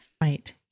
right